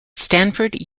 stanford